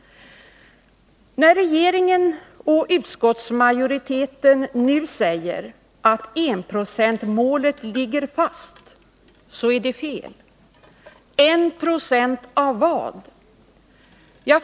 När regeringen och utskottsmajoriteten nu säger att enprocentsmålet ligger fast så är det fel. 190 av vad?